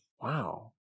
Wow